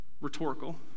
rhetorical